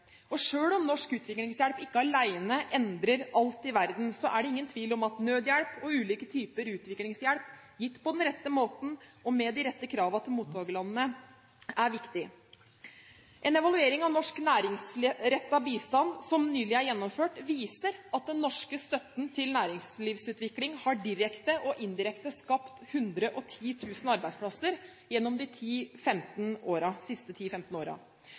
om norsk utviklingshjelp ikke alene endrer alt i verden, er det ingen tvil om at nødhjelp og ulike typer utviklingshjelp – gitt på den rette måten og med de rette kravene til mottakerlandene – er viktig. En evaluering av norsk næringsrettet bistand som nylig er gjennomført, viser at den norske støtten til næringslivsutvikling direkte og indirekte har skapt 110 000 arbeidsplasser gjennom de